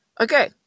Okay